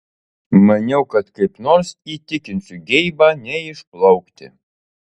maniau kad kaip nors įtikinsiu geibą neišplaukti